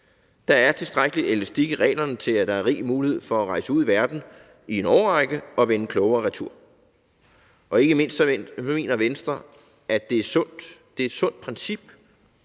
Der er tilstrækkelig elastik i reglerne til, at der er rig mulighed for at rejse ud i verden i en årrække og vende klogere retur. Og ikke mindst mener Venstre, at det er et sundt princip,